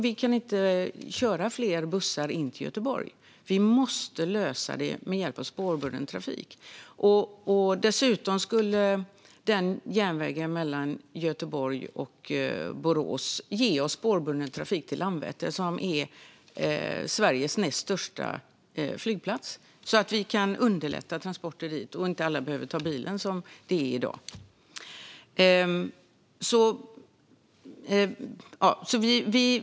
Vi kan inte köra fler bussar in till Göteborg; vi måste lösa det med hjälp av spårbunden trafik. Dessutom skulle järnvägen mellan Göteborg och Borås ge oss spårbunden trafik till Landvetter, som är Sveriges näst största flygplats. Vi behöver underlätta transporter dit så att inte alla behöver ta bilen som det är i dag.